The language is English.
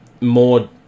more